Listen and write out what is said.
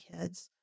kids